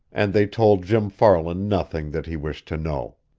and they told jim farland nothing that he wished to know.